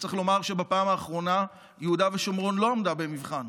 וצריך לומר שבפעם האחרונה יהודה ושומרון לא עמדה במבחן.